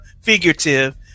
figurative